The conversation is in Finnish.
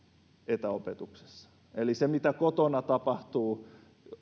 etäopetuksessa eli se mitä kotona tapahtuu